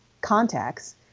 contacts